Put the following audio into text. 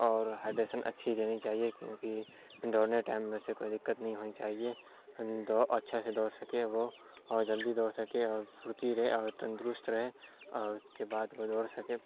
اور ہائڈریسن اچھی دینی چاہیے کیونکہ دوڑنے ٹائم میں اسے کوئی دقت نہیں ہونی چاہیے اچھا سے دوڑ سکے وہ اور جلدی دوڑ سکے اور پھرتی رہے اور تندرست رہے اور اس کے بعد وہ دوڑ سکے